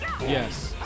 Yes